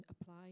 apply